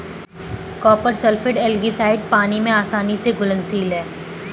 copper sulphate algicide पानी में आसानी से घुलनशील है